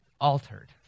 altered